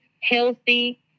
healthy